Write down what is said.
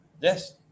Yes